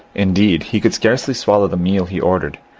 indeed, he could scarcely swallow the meal he ordered,